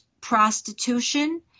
prostitution